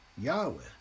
Yahweh